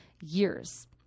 years